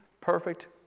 perfect